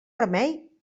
remei